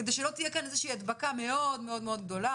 כדי שלא תהיה כאן הדבקה מאוד מאוד גדולה